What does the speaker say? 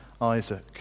Isaac